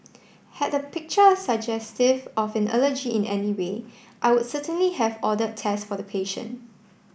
had the picture suggestive of an allergy in any way I would certainly have order test for the patient